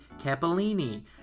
capellini